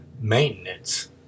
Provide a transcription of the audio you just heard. maintenance